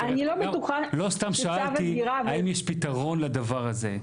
לא סתם שאלתי האם יש פתרון לדבר הזה.